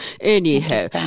Anyhow